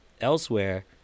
elsewhere